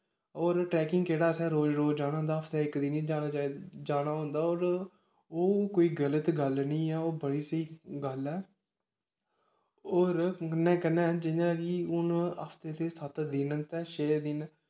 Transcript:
होर ट्रैकिंग केह्ड़ा असें रोज रोज जाना होंदा हफ्ते दे इक दिन गै जाना चाहि जाना होंदा होर ओह् कोई गल्त गल्ल निं ऐ ओह् बड़ी स्हेई गल्ल ऐ होर कन्नै कन्नै जियां कि हून हफ्ते दे सत्त दिन ते छे दिन